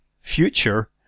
future